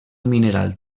mineral